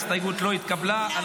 ההסתייגות לא התקבלה.